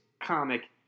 comic